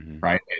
right